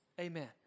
Amen